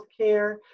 healthcare